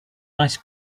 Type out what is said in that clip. ice